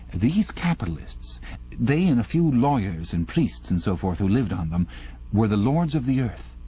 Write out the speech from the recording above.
these capitalists they and a few lawyers and priests and so forth who lived on them were the lords of the earth.